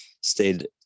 stayed